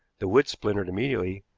the wood splintered immediately,